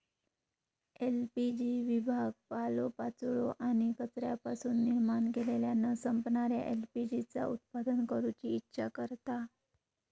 LPG विभाग पालोपाचोळो आणि कचऱ्यापासून निर्माण केलेल्या न संपणाऱ्या एल.पी.जी चा उत्पादन करूची इच्छा करता